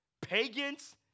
pagans